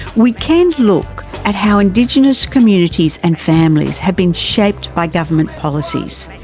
we can look at how indigenous communities and families have been shaped by government policies,